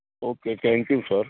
okay thank you sir